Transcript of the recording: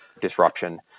disruption